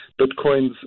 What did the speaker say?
Bitcoins